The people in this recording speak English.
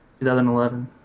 2011